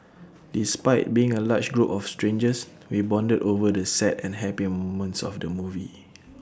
despite being A large group of strangers we bonded over the sad and happy moments of the movie